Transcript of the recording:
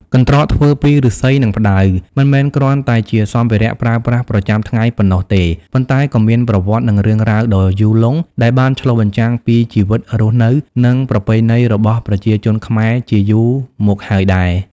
កន្ត្រកធ្វើពីឫស្សី និងផ្តៅ មិនមែនគ្រាន់តែជាសម្ភារៈប្រើប្រាស់ប្រចាំថ្ងៃប៉ុណ្ណោះទេ ប៉ុន្តែក៏មានប្រវត្តិ និងរឿងរ៉ាវដ៏យូរលង់ ដែលបានឆ្លុះបញ្ចាំងពីជីវិតរស់នៅ និងប្រពៃណីរបស់ប្រជាជនខ្មែរជាយូរមកហើយដែរ។